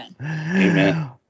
Amen